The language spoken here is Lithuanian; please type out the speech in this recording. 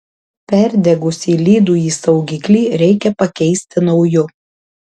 perdegusį lydųjį saugiklį reikia pakeisti nauju